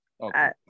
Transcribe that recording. okay